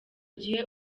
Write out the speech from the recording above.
gihe